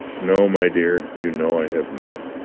no, my dear, you know i have not.